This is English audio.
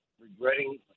regretting